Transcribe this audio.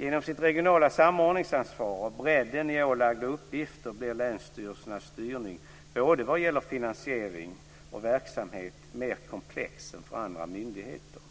Genom sitt regionala samordningsansvar och bredden i ålagda uppgifter blir länsstyrelsernas styrning, både vad gäller finansiering och verksamhet, mer komplex än för andra myndigheter.